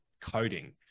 coding